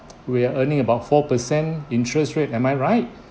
we are earning about four percent interest rate am I right